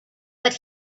but